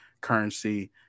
currency